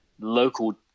local